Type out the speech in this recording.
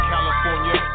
California